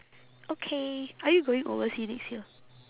okay are you going overseas next year